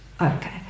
Okay